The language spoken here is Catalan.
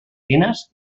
fines